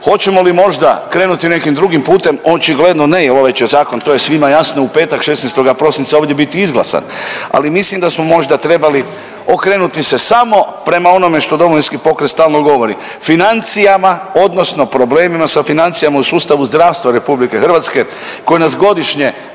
Hoćemo li možda krenuti nekim drugim putem, očigledno ne jer ovaj će zakon to je svima jasno u petak 16. prosinca ovdje biti izglasan. Ali mislim da smo možda trebali okrenuti se samo prema onome što Domovinski pokret stalno govori financijama, odnosno problemima sa financijama u sustavu zdravstva Republike Hrvatske koji nas godišnje